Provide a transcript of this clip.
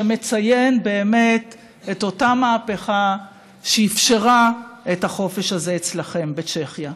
שמציין באמת את אותה מהפכה שאפשרה את החופש הזה אצלכם בצ'כיה.